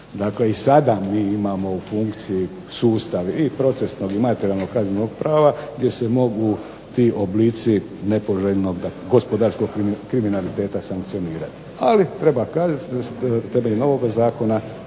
Dakle i sada mi imamo u funkciji sustav i procesnog materijalnog kaznenog prava gdje se mogu ti oblici nepoželjnog gospodarskog kriminaliteta sankcionirati, ali treba kazati da temeljem ovoga zakona